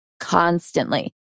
Constantly